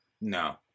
No